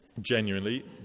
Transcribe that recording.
Genuinely